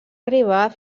arribar